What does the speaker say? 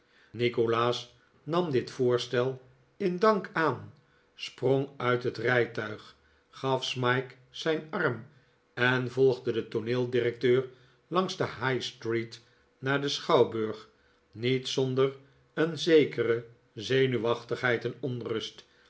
nikolaas nam dit voorstel in dank aan sprong uit het rijtuig gaf smike zijn arm en volgde den tooneeldirecteur langs de high-street naar den schouwburg niet zonder een zekere zenuwachtigheid en onrust